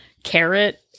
carrot